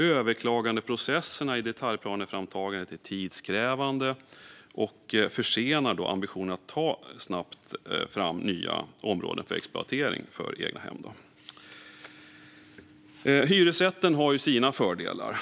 Överklagandeprocesserna i detaljplaneframtagandet är tidskrävande och försenar ambitionen att snabbt ta fram nya områden för exploatering för egnahem. Hyresrätter har sina fördelar.